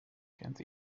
kent